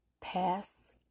Pass